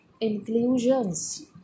inclusions